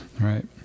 right